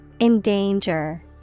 Endanger